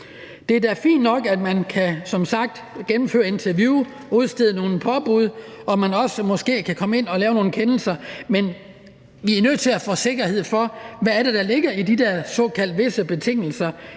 Det er da fint nok, at man som sagt kan gennemføre interviews, udstede nogle påbud, og at man måske også kan komme ind og lave nogle kendelser, men vi er nødt til at få sikkerhed for, hvad der ligger i de der såkaldte »visse betingelser«,